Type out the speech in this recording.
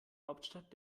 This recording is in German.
hauptstadt